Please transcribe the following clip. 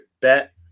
bet